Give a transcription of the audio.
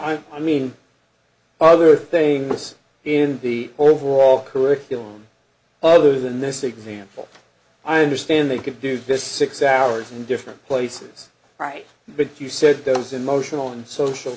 are i mean are there things in the overall curriculum other than this example i understand they could do this six hours in different places right big you said those emotional and social